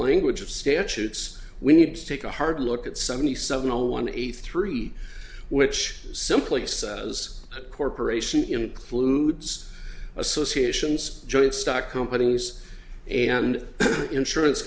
language of statutes we need to take a hard look at seventy seven zero one eighty three which simply says a corporation includes associations joint stock companies and insurance